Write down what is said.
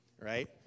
right